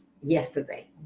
yesterday